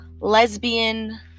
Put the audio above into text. lesbian